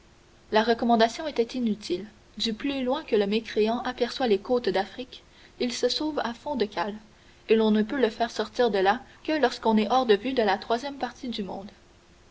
la recommandation était inutile du plus loin que le mécréant aperçoit les côtes d'afrique il se sauve à fond de cale et l'on ne peut le faire sortir de là que lorsqu'on est hors de vue de la troisième partie du monde